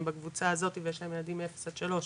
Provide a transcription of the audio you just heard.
בקבוצה הזאתי ויש להן ילדים מאפס עד שלוש,